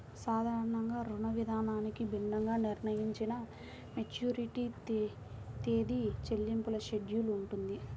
సాధారణ రుణవిధానానికి భిన్నంగా నిర్ణయించిన మెచ్యూరిటీ తేదీ, చెల్లింపుల షెడ్యూల్ ఉంటుంది